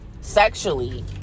sexually